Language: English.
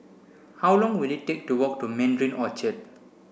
how long will it take to walk to Mandarin Orchard